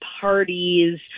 parties